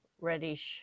reddish